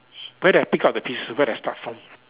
where did I pick up the pieces where did I start from